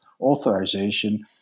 authorization